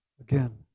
Again